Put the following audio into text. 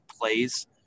plays